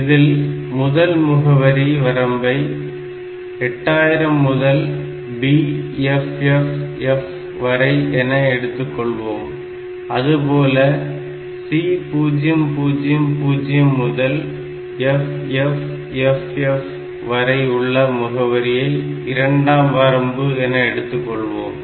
இதில் முதல் முகவரி வரம்பை 8000 முதல் BFFF வரை என எடுத்துக் கொள்வோம் அதுபோல C000 முதல் FFFF வரை உள்ள முகவரியை இரண்டாம் வரம்பு என எடுத்துக் கொள்வோம்